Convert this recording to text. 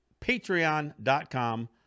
patreon.com